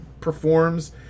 performs